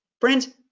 Friends